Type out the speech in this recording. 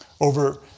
over